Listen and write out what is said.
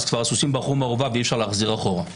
הסוסים ברחו מהאורווה ואי אפשר להחזיר אחורה.